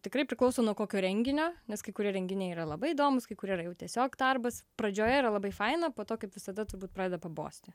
tikrai priklauso nuo kokio renginio nes kai kurie renginiai yra labai įdomūs kai kurie yra jau tiesiog darbas pradžioje yra labai faina po to kaip visada turbūt pradeda pabosti